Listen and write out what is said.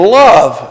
love